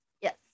yes